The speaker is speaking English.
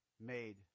made